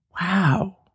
wow